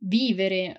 vivere